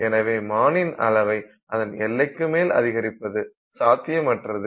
எனவே மானின் அளவை அதன் எல்லைக்கு மேல் அதிகரிப்பது சாத்தியமற்றது